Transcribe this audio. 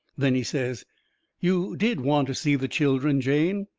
then he says you did want to see the children, jane?